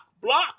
Block